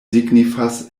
signifas